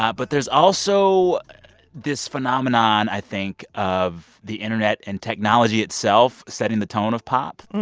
ah but there's also this phenomenon, i think, of the internet and technology itself setting the tone of pop.